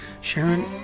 Sharon